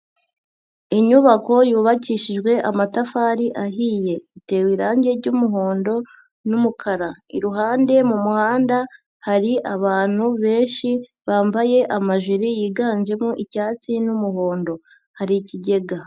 Inyubako yubakishijwe amatafari ahiye, itewe irangi r'muhondo n'umukara, iruhande mu muhanda hari abantu benshi bambaye amajiri yiganjemo icyatsi n'umuhondo, hari ikigega.